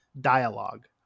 dialogue